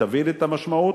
שתבין את המשמעות,